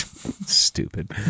Stupid